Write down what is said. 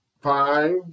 Five